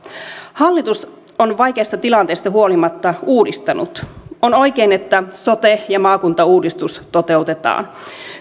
hallitus on vaikeasta tilanteesta huolimatta uudistanut on oikein että sote ja maakuntauudistus toteutetaan